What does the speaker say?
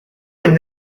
elles